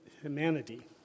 humanity